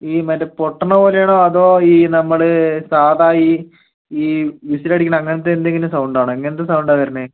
ഈ മറ്റെ പൊട്ടണപോലെ ആണോ അതോ ഈ നമ്മൾ സാധാരണ ഈ ഈ വിസിൽ അടിക്കണ അങ്ങനത്തെ എന്തെങ്കിലും സൗണ്ട് ആണോ എങ്ങനത്തെ സൗണ്ടാണ് വരണത്